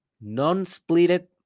non-splitted